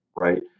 right